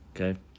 Okay